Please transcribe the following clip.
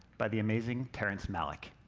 by the amazing terrence malick.